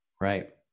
Right